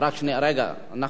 רציתי, רק שנייה, רגע.